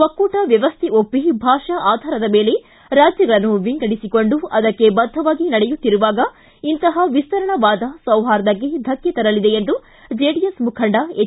ಒಕ್ಕೂಟ ವ್ಯವಸ್ಥೆ ಒಪ್ಪಿ ಭಾಷಾ ಆಧಾರದ ಮೇಲೆ ರಾಜ್ಯಗಳನ್ನು ವಿಂಗಡಿಸಿಕೊಂಡು ಅದಕ್ಕೆ ಬದ್ಧವಾಗಿ ನಡೆಯುತ್ತಿರುವಾಗ ಇಂತಹ ವಿಸ್ತರಣಾವಾದ ಸೌಹಾರ್ದಕ್ಕೆ ಧಕ್ಕೆ ತರಲಿದೆ ಎಂದು ಜೆಡಿಎಸ್ ಮುಖಂಡ ಎಚ್